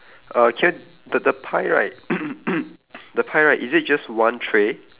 uh can the the pie right the pie right is it just one tray